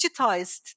digitized